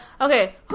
okay